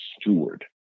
steward